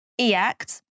EACT